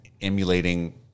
emulating